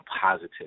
positive